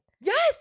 yes